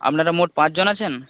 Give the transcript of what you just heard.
আপনারা মোট পাঁচজন আছেন